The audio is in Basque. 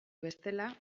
bestela